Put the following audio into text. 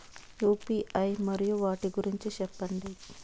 UPI మరియు వాటి గురించి సెప్పండి?